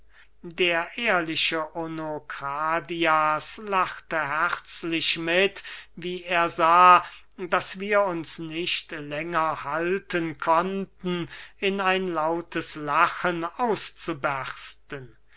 der ehrliche onokradias lachte herzlich mit wie er sah daß wir uns nicht länger halten konnten in ein lautes lachen auszubersten